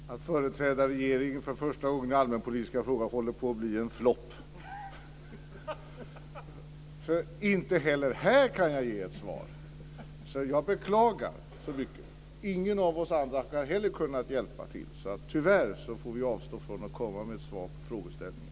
Fru talman! Att företräda regeringen för första gången i allmänpolitiska frågor håller på att bli en flopp. Inte heller här kan jag ge något svar! Jag beklagar. Ingen av oss andra har heller kunnat hjälpa till, så tyvärr får vi avstå från att komma med ett svar på frågeställningen.